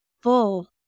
full